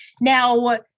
Now